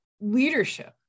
Leadership